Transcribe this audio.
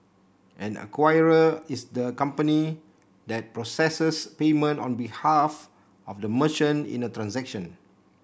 an acquirer is the company that processes payment on behalf of the merchant in a transaction